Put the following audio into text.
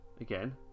again